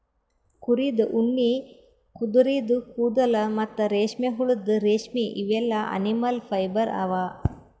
ಕುರಿದ್ ಉಣ್ಣಿ ಕುದರಿದು ಕೂದಲ ಮತ್ತ್ ರೇಷ್ಮೆಹುಳದ್ ರೇಶ್ಮಿ ಇವೆಲ್ಲಾ ಅನಿಮಲ್ ಫೈಬರ್ ಅವಾ